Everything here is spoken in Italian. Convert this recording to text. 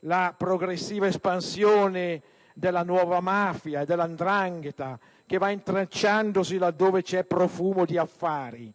la progressiva espansione della nuova mafia e della 'ndrangheta, che vanno intrecciandosi dove c'è profumo di affari.